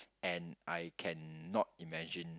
and I cannot imagine